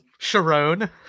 Sharone